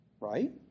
right